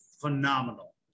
phenomenal